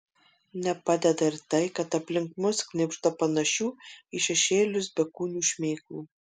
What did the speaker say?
nepadeda ir tai kad aplink mus knibžda panašių į šešėlius bekūnių šmėklų